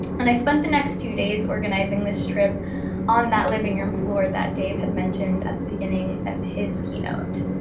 and i spent the next few days organizing this trip on that living room floor that dave had mentioned at the beginning of his keynote.